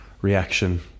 reaction